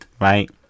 right